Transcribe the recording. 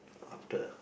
after